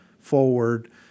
forward